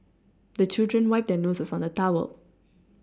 the children wipe their noses on the towel